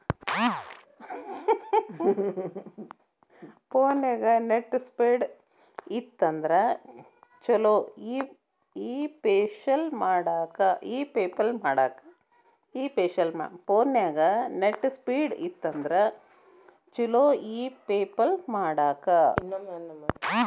ಫೋನ್ಯಾಗ net speed ಇತ್ತಂದ್ರ ಚುಲೊ ಇ ಪೆಪಲ್ ಮಾಡಾಕ